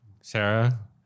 Sarah